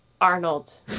arnold